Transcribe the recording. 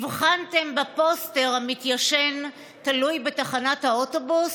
הבחנתם בפוסטר המתיישן תלוי בתחנת האוטובוס?